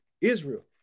Israel